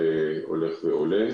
הולכים ועולים.